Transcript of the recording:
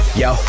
yo